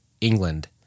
England